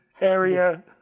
area